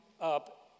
up